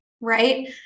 right